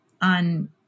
on